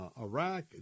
Iraq